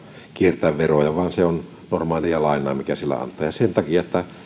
kiertää veroja vaan se on normaalia lainaa minkä sillä antaa ja sen takia